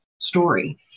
story